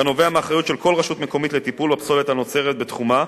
כנובע מאחריות של כל רשות מקומית לטיפול בפסולת הנוצרת בתחומה,